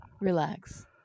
Relax